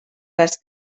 les